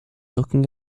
looking